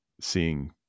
seeing